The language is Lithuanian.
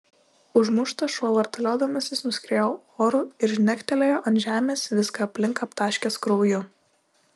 užmuštas šuo vartaliodamasis nuskriejo oru ir žnektelėjo ant žemės viską aplink aptaškęs krauju